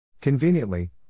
Conveniently